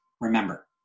remember